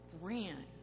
ran